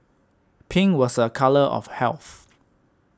pink was a colour of health